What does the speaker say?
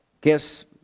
Guess